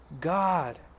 God